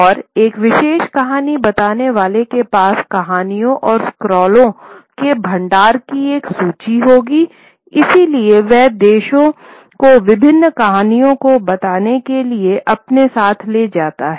और एक विशेष कहानी बताने वाले के पास कहानियों और स्क्रॉलों के भंडार की एक सूची होगीइसलिए वह दर्शकों को विभिन्न कहानियों को बताने के लिए इसे अपने साथ ले जाता है